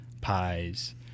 pies